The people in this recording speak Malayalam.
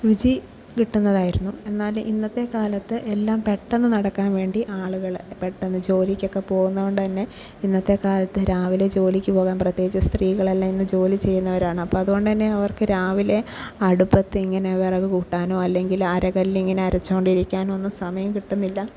രുചി കിട്ടുന്നതായിരുന്നു എന്നാൽ ഇന്നത്തെക്കാലത്ത് എല്ലാം പെട്ടെന്ന് നടക്കാൻ വേണ്ടി ആളുകൾ പെട്ടെന്ന് ജോലിയ്ക്കൊക്കെ പോകുന്നതുകൊണ്ടുതന്നെ ഇന്നത്തെക്കാലത്ത് രാവിലെ ജോലിയ്ക്ക് പോകാൻ പ്രത്യേകിച്ച് സ്ത്രീകളെല്ലാം ഇന്നു ജോലി ചെയ്യുന്നവരാണ് അപ്പം അതുകൊണ്ടുതന്നെ അവർക്ക് രാവിലെ അടുപ്പത്ത് ഇങ്ങനെ വിറക് കൂട്ടാനോ അല്ലെങ്കിൽ അരകല്ല് ഇങ്ങനെ അരച്ചുകൊണ്ടിരിക്കാനൊന്നും സമയം കിട്ടുന്നില്ല